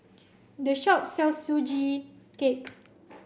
this shop sells sugee cake